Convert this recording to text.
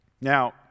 Now